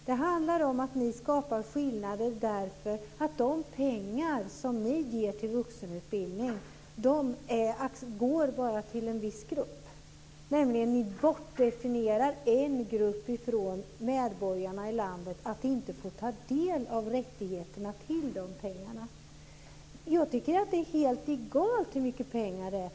Det handlar om att ni skapar skillnader därför att de pengar som ni ger till vuxenutbildning bara går till en viss grupp. Ni bortdefinierar en grupp av medborgare i landet så att de inte får del av de rättigheten till de pengarna. Jag tycker att det är helt egalt hur mycket pengar det är.